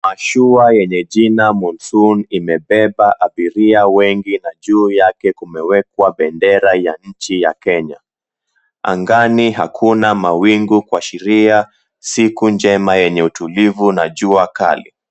Mashua yenye jina monsoon imebeba abiria wengi na juu yake kumewekwa bendera ya nchi ya Kenya. Angani hakuna mawingu kuashiria siku njema yenye utulivu na jua kali.